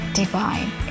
divine